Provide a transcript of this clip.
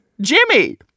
Jimmy